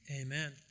amen